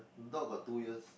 not got two years